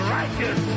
righteous